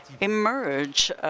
emerge